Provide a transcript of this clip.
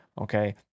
okay